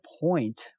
point